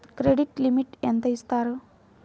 Credit limit ఎంత ఇస్తారు?